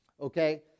Okay